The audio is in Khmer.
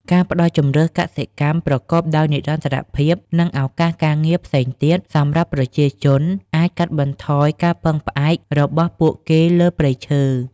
ការផ្តល់ជម្រើសកសិកម្មប្រកបដោយនិរន្តរភាព និងឱកាសការងារផ្សេងទៀតសម្រាប់ប្រជាជនអាចកាត់បន្ថយការពឹងផ្អែករបស់ពួកគេលើព្រៃឈើ។